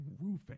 roofing